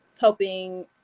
helping